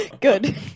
Good